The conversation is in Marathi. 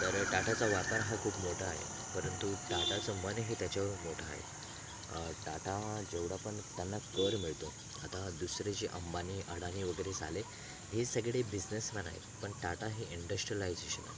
तर टाटाचा वारसा हा खूप मोठा आहे परंतु टाटाचं मन हे त्याच्याहुन मोठं आहे टाटा जेवढं पण त्यांना कर मिळतो आता दुसरे जे अंबानी अडाणी वगैरे झाले हे सगळे बिजनेसमॅन आहेत पण टाटा हे इंडस्ट्रीअलायजेशन आहेत